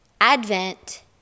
Advent